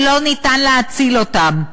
שלא ניתן להאציל אותם,